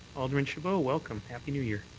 alderman chabot, welcome, happy new year